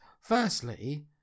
Firstly